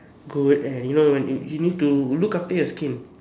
good and you know you need to look after your skin